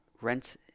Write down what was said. rent